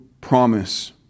promise